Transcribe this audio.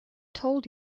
told